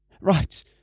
Right